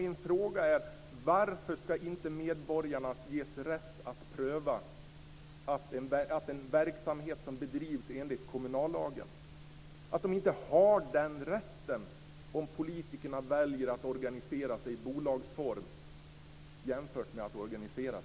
Min fråga är: Varför skall inte medborgarna ges rätt att pröva att verksamheten bedrivs enligt kommunallagen? De har inte den rätten om politikerna väljer att organisera detta i bolagsform i stället för i förvaltningsform.